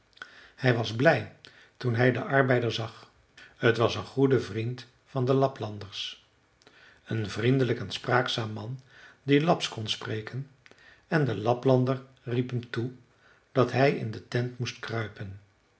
hij was blij toen hij den arbeider zag t was een goede vriend van de laplanders een vriendelijk en spraakzaam man die lapsch kon spreken en de laplander riep hem toe dat hij in de tent moest kruipen